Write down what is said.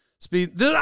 Speed